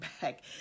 back